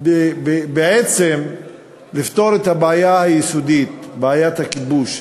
בעצם לפתור את הבעיה היסודית, בעיית הכיבוש.